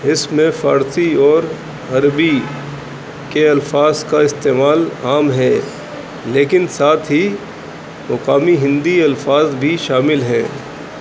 اس میں فارسی اور عربی کے الفاظ کا استعمال عام ہے لیکن ساتھ ہی مقامی ہندی الفاظ بھی شامل ہیں